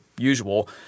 Usual